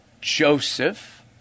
Joseph